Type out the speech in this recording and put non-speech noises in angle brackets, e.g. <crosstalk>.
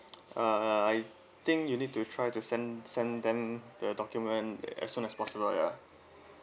<noise> uh I think you need to try to send send them the document as soon as possible ya